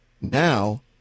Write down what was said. now